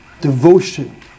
devotion